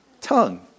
tongue